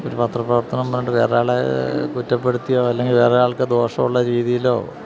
ഒരു പത്രപ്രവർത്തനമെന്നും പറഞ്ഞിട്ട് വേറെയൊരാളെ കുറ്റപ്പെടുത്തിയോ അല്ലെങ്കില് വേറെയൊരാൾക്ക് ദോഷമുള്ള രീതിയിലോ